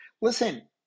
listen